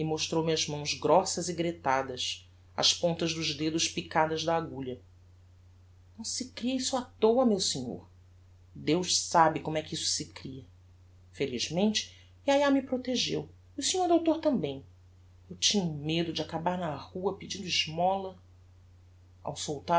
mostrou-me as mãos grossas e gretadas as pontas dos dedos picadas da agulha não se cria isto á toa meu senhor deus sabe como é que isto se cria felizmente yayá me protegeu e o senhor doutor tambem eu tinha um medo de acabar na rua pedindo esmola ao soltar